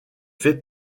fait